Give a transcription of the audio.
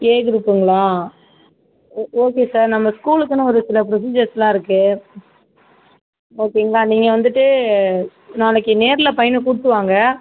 ஏ குரூப்புங்களா oh okay sir நம்ம ஸ்கூலுக்குன்னு ஒரு சில ப்ரொசீஜர்ஸ்லாம் இருக்கு ஓகேங்களா நீங்கள் வந்துவிட்டு நாளைக்கு நேரில் பையனை கூட்டு வாங்க